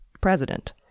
president